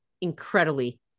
incredibly